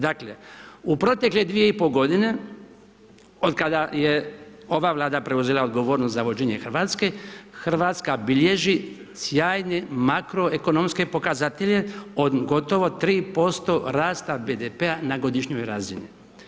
Dakle, u protekle 2,5 g. otkada je ova Vlada preuzela odgovornost za vođenje Hrvatske, Hrvatska bilježi sjajne makroekonomske pokazatelje od gotovo 3% rasta BDP-a na godišnjoj razini.